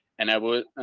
and i would,